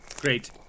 Great